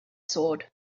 sword